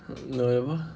no ya mah